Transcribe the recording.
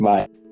Bye